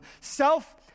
Self